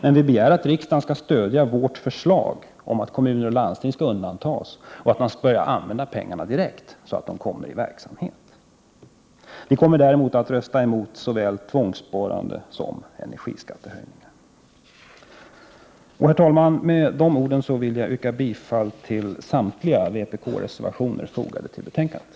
Men vi begär att riksdagen skall stödja vårt förslag om att kommuner och landsting skall undantas och att pengarna skall börja användas direkt. Vi kommer däremot att rösta emot såväl tvångssparande som energiskattehöjningar. Herr talman! Med dessa ord vill jag yrka bifall till samtliga vpkreservationer, som är fogade till betänkandet.